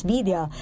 Media